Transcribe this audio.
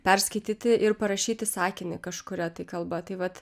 perskaityti ir parašyti sakinį kažkuria tai kalba tai vat